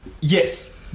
yes